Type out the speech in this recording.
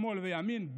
שמאל וימין,